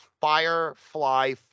Firefly